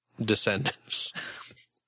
descendants